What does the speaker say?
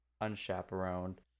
unchaperoned